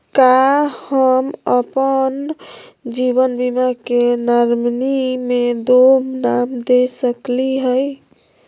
का हम अप्पन जीवन बीमा के नॉमिनी में दो नाम दे सकली हई?